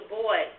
boy